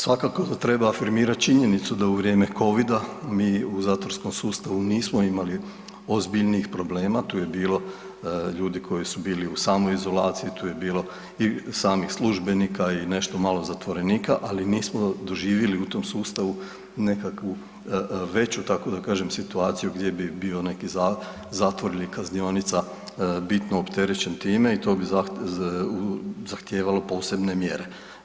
Svakako da treba afirmirati činjenicu da u vrijeme Covida mi u zatvorskom sustavu nismo imali ozbiljnijih problema tu je bilo ljudi koji su bili u samoizolaciji, tu je bilo i samih službenika i nešto malo zatvorenika, ali nismo doživjeli u tom sustavu nekakvu veću tako da kažem situaciju gdje bi bio zatvor ili kaznionica bitno opterećen time i to bi zahtijevalo posebne mjere.